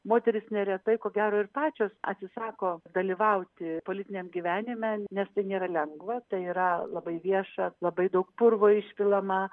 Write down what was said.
moterys neretai ko gero ir pačios atsisako dalyvauti politiniam gyvenime nes tai nėra lengva tai yra labai vieša labai daug purvo išpilama